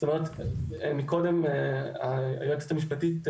זאת אומרת, מקודם היועצת המשפטית,